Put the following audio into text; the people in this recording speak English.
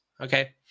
Okay